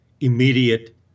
immediate